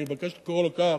אני מבקש לקרוא לו כך,